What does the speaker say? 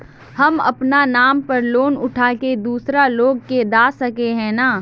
हम अपना नाम पर लोन उठा के दूसरा लोग के दा सके है ने